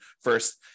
first